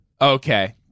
Okay